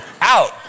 out